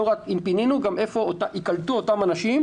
לא רק אם פינינו אלא גם איפה ייקלטו אותם אנשים.